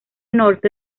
norte